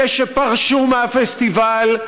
אלה שפרשו מהפסטיבל,